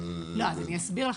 אני אסביר לך.